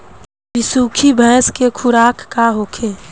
बिसुखी भैंस के खुराक का होखे?